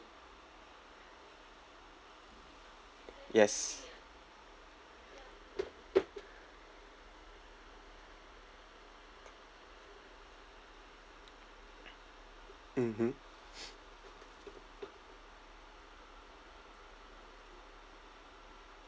yes mmhmm